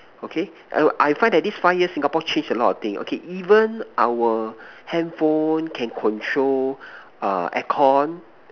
okay I will I find that this five year Singapore change a lot of thing okay even our handphone can control err aircon